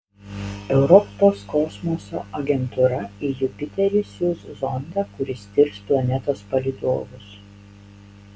europos kosmoso agentūra į jupiterį siųs zondą kuris tirs planetos palydovus